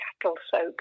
cattle-soaked